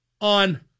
on